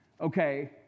Okay